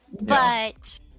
but-